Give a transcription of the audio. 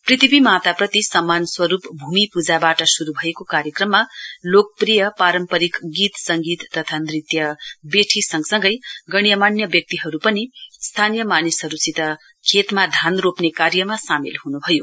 पृथ्वीमाताप्रति सम्मान स्वरुप भूमि प्रजावाट श्रु भएको कार्यरक्रममा लोकप्रिय पारम्परिक गीत संगीत तथा नृत्य बैठी संगसँगै गन्यमान्य व्यक्तिहरु पनि स्थानीय मानिसहरुसित खेतमा धान रोप्ने कार्यमा सामेल हनुहभयो